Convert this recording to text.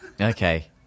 Okay